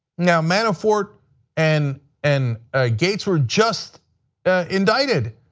now manafort and and ah gates were just indicted.